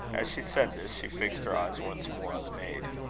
as she said this, she fixed her eyes once more on the maid.